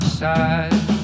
side